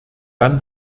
dann